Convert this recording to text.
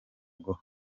bwo